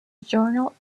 journal